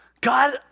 God